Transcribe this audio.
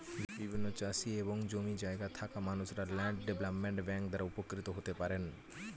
বিভিন্ন চাষি এবং জমি জায়গা থাকা মানুষরা ল্যান্ড ডেভেলপমেন্ট ব্যাংক দ্বারা উপকৃত হতে পারেন